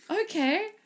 Okay